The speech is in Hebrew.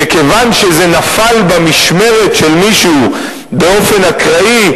שכיוון שזה נפל במשמרת של מישהו באופן אקראי,